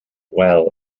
well